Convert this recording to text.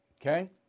Okay